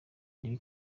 ariwe